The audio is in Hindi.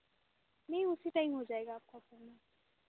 नहीं उसी टाइम हो जाएगा आपका अपॉइनमेंट